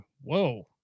whoa